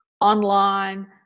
online